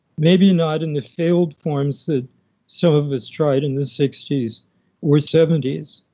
maybe not in the failed forms that some of us tried in the sixty s or seventy s,